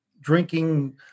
Drinking